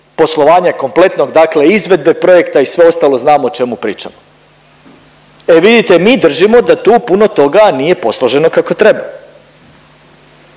poslovanja kompletnog dakle izvedbe projekta i sve ostalo, znamo o čemu pričamo. E vidite, mi držimo da tu puno toga nije posloženo kako treba